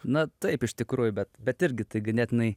na taip iš tikrųjų bet bet irgi tai ganėtinai